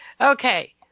Okay